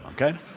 okay